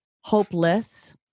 hopeless